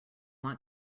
want